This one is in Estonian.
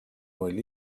roll